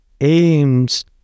aims